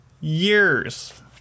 years